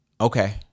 okay